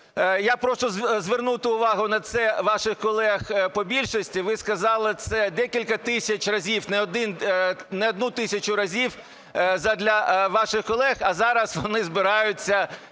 Я прошу звернути увагу на це ваших колег по більшості. Ви сказали це декілька тисяч разів, не одну тисячу разів задля ваших колег, а зараз вони збираються